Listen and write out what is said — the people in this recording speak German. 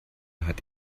hat